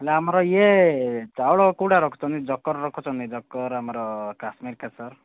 ହେଲେ ଆମର ଇଏ ଚାଉଳ କେଉଁଟା ରଖୁଛନ୍ତି ଯକର ରଖୁଛନ୍ତି ଯକର ଆମର କାଶ୍ମୀର କେସର